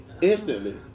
Instantly